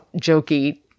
jokey